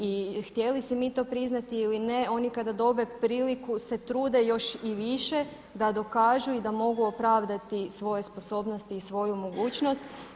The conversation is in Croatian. I htjeli si mi to priznati ili ne, oni kada dobe priliku se trude još i više da dokažu i da mogu opravdati svoje sposobnosti i svoju mogućnost.